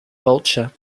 vulture